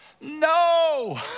no